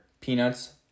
peanuts